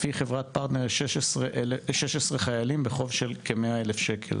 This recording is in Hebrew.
לפי חברת פרטנר 16 חיילים בחוב של כמאה אלף שקלים.